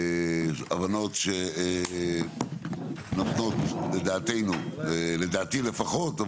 הבנות, לדעתנו, לדעתי לפחות,